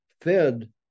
fed